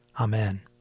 Amen